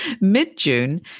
Mid-June